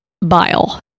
bile